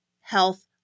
health